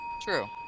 True